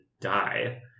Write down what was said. die